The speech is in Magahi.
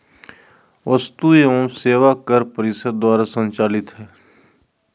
वस्तु एवं सेवा कर परिषद द्वारा संचालित हइ